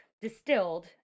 distilled